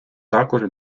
також